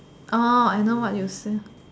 I know what you say